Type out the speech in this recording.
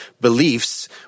beliefs